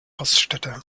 raststätte